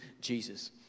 Jesus